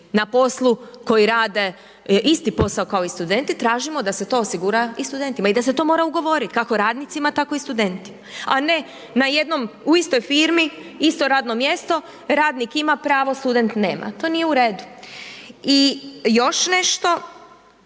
na poslu koji rade isti posao kao i studenti tražimo da se to osigura i studentima i da se to mora ugovoriti kako radnicima tako i studentima, a ne na jednom u istoj firmi isto radno mjesto radnik ima pravo, student nema. To nije u redu. I još nešto,